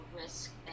risk